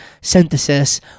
synthesis